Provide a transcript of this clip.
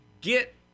get